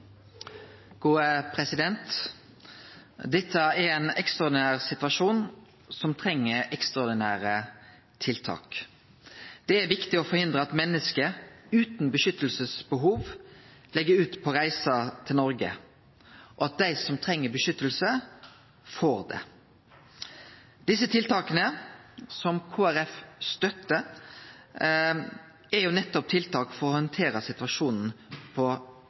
Dette er ein ekstraordinær situasjon som treng ekstraordinære tiltak. Det er viktig å forhindre at menneske utan beskyttelsesbehov legg ut på reise til Noreg, og at dei som treng beskyttelse, får det. Desse tiltaka, som Kristeleg Folkeparti støttar, er tiltak for å handtere situasjonen på